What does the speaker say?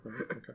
Okay